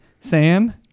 Sam